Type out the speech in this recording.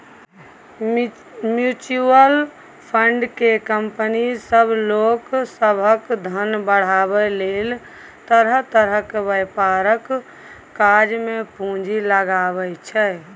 mutual fund केँ company सब लोक सभक धन बढ़ाबै लेल तरह तरह के व्यापारक काज मे पूंजी लगाबै छै